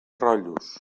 rotllos